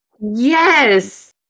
Yes